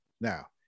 Now